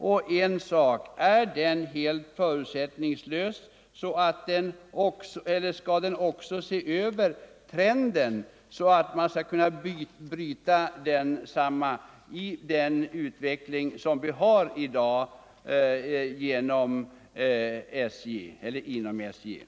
En annan fråga: Är den helt förutsättningslös, och skall den också se till att den nuvarande trenden i utvecklingen inom SJ kan brytas?